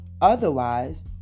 Otherwise